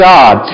God